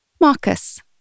Marcus